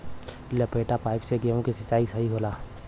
लपेटा पाइप से गेहूँ के सिचाई सही होला?